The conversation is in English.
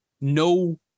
no